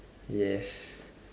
yes